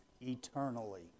eternally